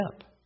up